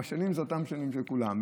השנים הן אותן שנים של כולם.